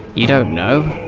you don't know?